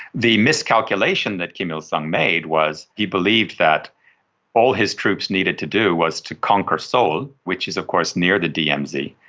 the miscalculation that kim il-sung made was he believed that all his troops needed to do was to conquer seoul, which is of course near the dmz.